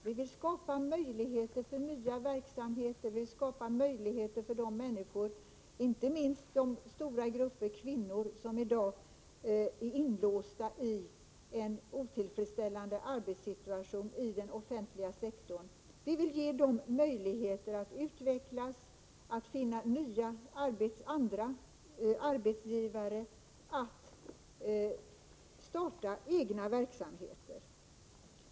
Vi vill skapa möjligheter för nya verksamheter, och vi vill skapa möjligheter för de människor, inte minst de stora grupper kvinnor, som i dag är inlåsta i en otillfredsställande arbetssituation i den offentliga sektorn att utvecklas, att finna andra arbetsgivare och att starta egna verksamheter.